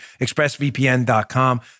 ExpressVPN.com